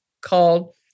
called